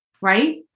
right